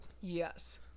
Yes